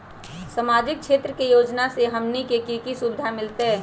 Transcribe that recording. सामाजिक क्षेत्र के योजना से हमनी के की सुविधा मिलतै?